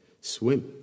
swim